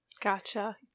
Gotcha